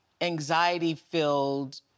anxiety-filled